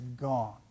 gone